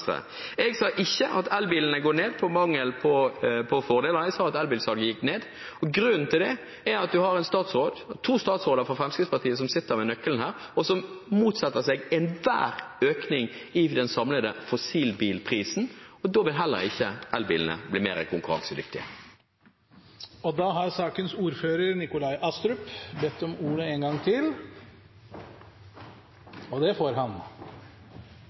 Jeg sa ikke at antall elbiler går ned på grunn av mangel på fordeler. Jeg sa at elbilsalget gikk ned, og grunnen til det er at vi har to statsråder fra Fremskrittspartiet som sitter med nøkkelen her, og som motsetter seg enhver økning i den samlede fossilbilprisen, og da vil heller ikke elbilene bli mer konkurransedyktige. Når det gjelder kvotepliktig sektor, oppfatter jeg at representanten Heikki Eidsvoll Holmås tar feil av flere grunner. Det